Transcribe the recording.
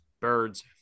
Birds